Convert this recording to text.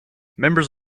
members